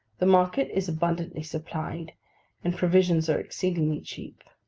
the market is abundantly supplied and provisions are exceedingly cheap.